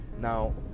Now